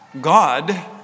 God